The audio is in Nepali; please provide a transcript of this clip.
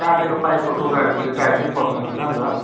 काटेको पाइपको टुक्राहरू छिटाहरू चाहिँ पस्नु सक्छ नि त